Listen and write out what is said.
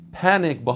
panic